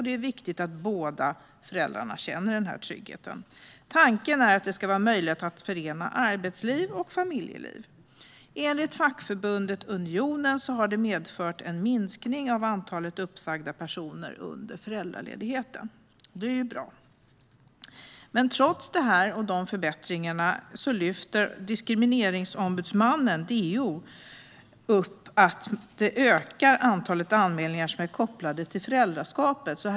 Det är viktigt att båda föräldrarna känner den tryggheten. Tanken är att det ska vara möjligt att förena arbetsliv och familjeliv. Enligt fackförbundet Unionen har detta medfört en minskning av antalet uppsagda personer under föräldraledighet - det är bra. Men trots dessa förbättringar lyfter Diskrimineringsombudsmannen, DO, upp att antalet anmälningar som är kopplade till föräldraskapet ökar.